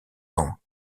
ans